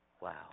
Wow